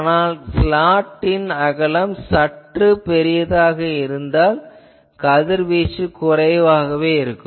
ஆனால் ஸ்லாட் அகலம் சற்று அதிகமாக இருந்தால் கதிர்வீச்சு குறைவாக இருக்கும்